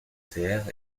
terre